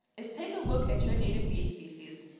is take a look at your native bee species.